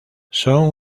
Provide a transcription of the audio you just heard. son